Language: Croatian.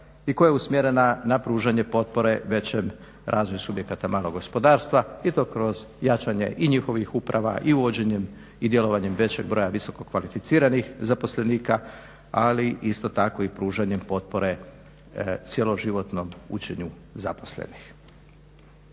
i koja je usmjerena na pružanje potpore većem razvoju subjekata malog gospodarstva i to kroz jačanje i njihovih uprava i uvođenjem i djelovanjem većeg broja visoko kvalificiranih zaposlenika, ali isto tako i pružanjem potpore cjeloživotnom učenju zaposlenih.